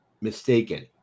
mistaken